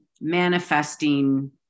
manifesting